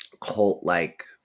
cult-like